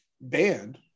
banned